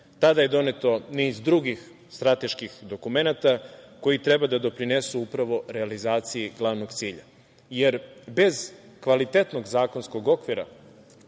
Tada je doneto niz drugih strateških dokumenata koji treba da doprinesu realizaciji glavnog cilja, jer bez kvalitetnog zakonskog okvira,